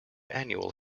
annual